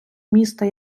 міста